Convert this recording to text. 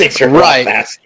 right